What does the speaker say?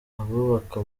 abubaka